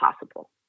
possible